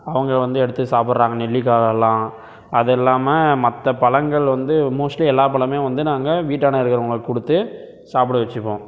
அவங்க வந்து எடுத்து சாப்பிர்றாங்க நெல்லிக்காயெல்லாம் அது இல்லாமல் மற்ற பழங்கள் வந்து மோஸ்ட்லி எல்லா பழமே வந்து நாங்கள் வீட்டாண்ட இருக்கிறவுங்களுக்கு கொடுத்து சாப்பிட வைச்சுப்போம்